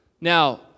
Now